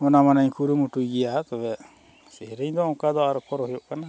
ᱚᱱᱟ ᱢᱟᱱᱮᱧ ᱠᱩᱨᱩᱢᱩᱴᱩᱭ ᱜᱮᱭᱟ ᱛᱚᱵᱮ ᱥᱮᱨᱮᱧ ᱫᱚ ᱚᱱᱠᱟ ᱫᱚ ᱟᱨ ᱩᱠᱩᱨ ᱦᱩᱭᱩᱜ ᱠᱟᱱᱟ